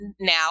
now